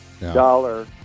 dollar